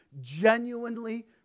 genuinely